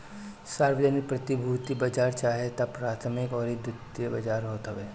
सार्वजानिक प्रतिभूति बाजार चाहे तअ प्राथमिक अउरी द्वितीयक बाजार होत हवे